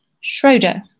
Schroeder